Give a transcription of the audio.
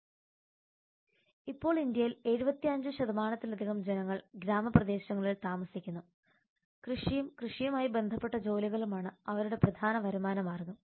Refer slide time 0845 ഇപ്പോൾ ഇന്ത്യയിൽ 75 ത്തിലധികം ജനങ്ങൾ ഗ്രാമപ്രദേശങ്ങളിൽ താമസിക്കുന്നു കൃഷിയും കൃഷിയുമായി ബന്ധപ്പെട്ട ജോലികളുമാണ് അവരുടെ പ്രധാന വരുമാന മാർഗ്ഗം